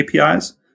APIs